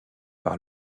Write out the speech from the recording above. par